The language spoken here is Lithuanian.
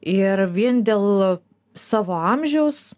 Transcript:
ir vien dėl savo amžiaus